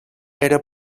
era